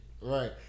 Right